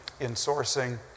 insourcing